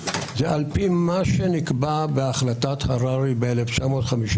זה על פי מה שנקבע בהחלטת הררי ב-1952,